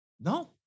No